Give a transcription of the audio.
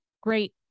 great